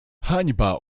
hańba